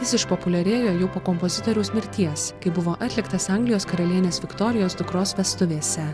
jis išpopuliarėjo jau po kompozitoriaus mirties kai buvo atliktas anglijos karalienės viktorijos dukros vestuvėse